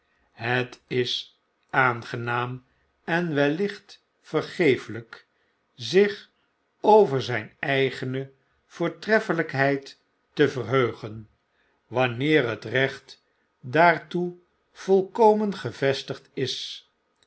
het is aangenaam en wellicht vergeeflijk zich over zijn eigene voortreffelijkheid te verheugen wanneer het recht daartoe volkomen gevestigd is